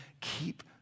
keep